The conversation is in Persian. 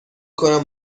کنم